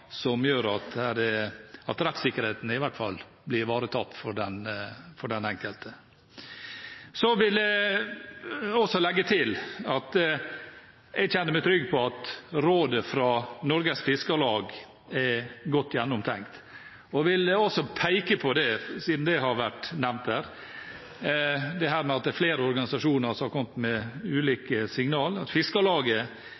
som gjør at rettssikkerheten i hvert fall blir ivaretatt for den enkelte. Så vil jeg også legge til at jeg kjenner meg trygg på at rådet fra Norges Fiskarlag er godt gjennomtenkt, og vil også peke på – siden det har vært nevnt her at det er flere organisasjoner som har kommet med